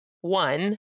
one